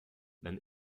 than